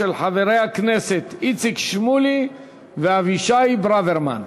של חברי הכנסת איציק שמולי ואבישי ברוורמן.